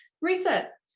Reset